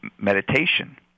meditation